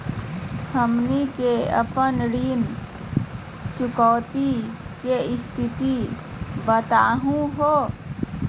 हमनी के अपन ऋण चुकौती के स्थिति बताहु हो?